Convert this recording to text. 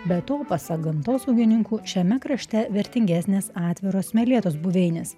be to pasak gamtosaugininkų šiame krašte vertingesnės atviros smėlėtos buveinės